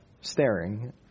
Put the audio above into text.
staring